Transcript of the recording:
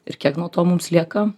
ir kiek nuo to mums lieka